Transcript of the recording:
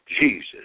Jesus